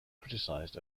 criticized